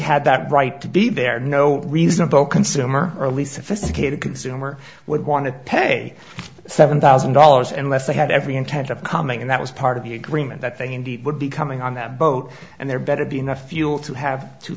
had that right to be there no reason though consumer early sophisticated consumer would want to pay seven thousand dollars and less they had every intention of coming in that was part of the agreement that they indeed would be coming on that boat and there better be enough fuel to have two